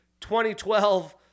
2012